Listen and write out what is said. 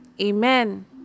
Amen